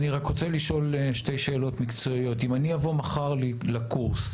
אני רק רוצה לשאול שתי שאלות מקצועיות: אם אני אבוא מחר לקורס,